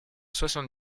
soixante